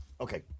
Okay